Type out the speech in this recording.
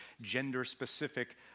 gender-specific